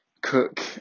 cook